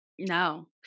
No